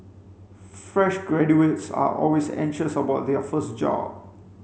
fresh graduates are always anxious about their first job